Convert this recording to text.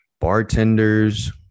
bartenders